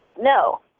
No